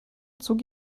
zog